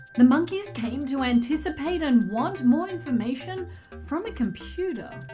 the monkeys came to anticipate and want more information from a computer.